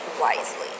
wisely